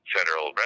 Federal